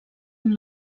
amb